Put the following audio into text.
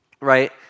Right